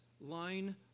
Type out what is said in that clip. line